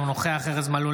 אינו נוכח ארז מלול,